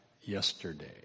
yesterday